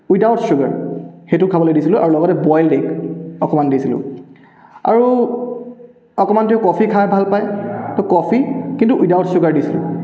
without sugar সেইটো খাবলৈ দিছিলোঁ আৰু লগতে বইল ডিম অকণমান দিছিলোঁ আৰু অকণমান তেওঁ কফি খাই ভাল পায় তো কফি কিন্তু উইডাউট ছুগাৰ দিছিলোঁ